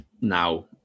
now